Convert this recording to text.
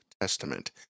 Testament